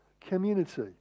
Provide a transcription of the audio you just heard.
community